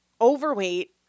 Overweight